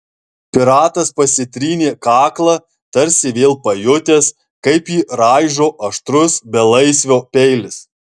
piratas pasitrynė kaklą tarsi vėl pajutęs kaip jį raižo aštrus belaisvio peilis